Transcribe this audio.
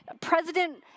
President